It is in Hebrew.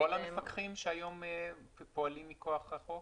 כל המפקחים שפועלים היום מכוח החוק?